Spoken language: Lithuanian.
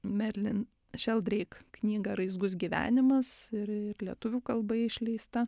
merlin šeldreik knygą raizgus gyvenimas yra ir lietuvių kalba išleista